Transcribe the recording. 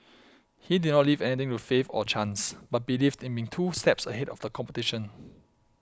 he did not leave anything to faith or chance but believed in being two steps ahead of the competition